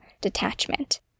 detachment